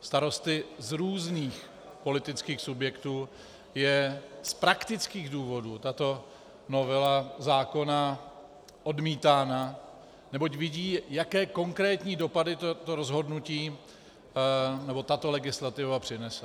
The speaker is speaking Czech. starosty z různých politických subjektů je z praktických důvodů tato novela zákona odmítána, neboť vidí, jaké konkrétní dopady to rozhodnutí nebo tato legislativa přinese.